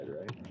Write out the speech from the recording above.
right